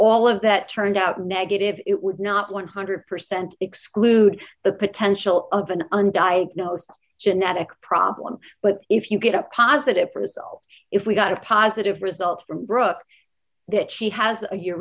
all of that turned out negative it would not one hundred percent exclude the potential of an undiagnosed genetic problem but if you get a positive result if we got a positive result from brooke that she has a